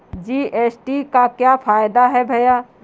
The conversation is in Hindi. जी.एस.टी का क्या फायदा है भैया?